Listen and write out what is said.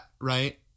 right